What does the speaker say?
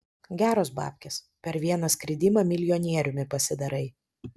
geros babkės per vieną skridimą milijonieriumi pasidarai